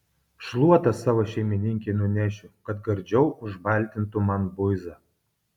šluotą savo šeimininkei nunešiu kad gardžiau užbaltintų man buizą